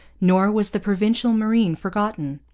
nor was the provincial marine forgotten.